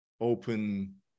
open